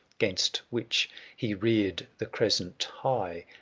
gainst which he reared the crescent high,